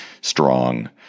strong